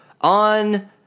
On